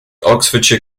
oxfordshire